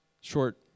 short